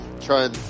try